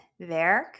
werk